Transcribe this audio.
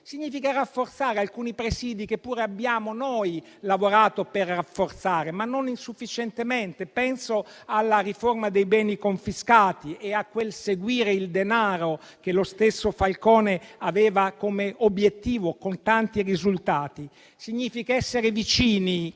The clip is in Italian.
rafforzare alcuni presidi che pure abbiamo lavorato per rafforzare, ma non a sufficienza (penso alla riforma dei beni confiscati e a quel seguire il denaro che lo stesso Falcone aveva come obiettivo, con tanti risultati). Penso significhi essere vicini